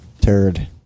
Turd